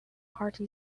hearty